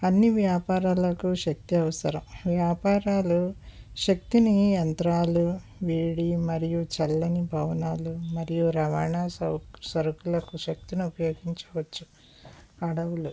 అన్ని వ్యాపారాలకు శక్తి అవసరం వ్యాపారాలు శక్తిని యంత్రాలు వేడి మరియు చల్లని భవనాలు మరియు రవాణా సౌ సరుకులకు శక్తిని ఉపయోగించవచ్చు అడవులు